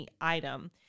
item